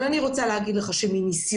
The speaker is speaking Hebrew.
אני רוצה לומר שמניסיוני,